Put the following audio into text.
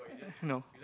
no